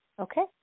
Okay